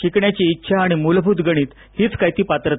शिकण्याची इच्छा आणि मूलभूत गणित हीच काय ती पात्रता